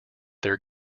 their